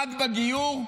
רק בגיור?